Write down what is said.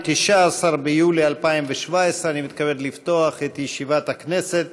19 ביולי 2017. אני מתכבד לפתוח את ישיבת הכנסת.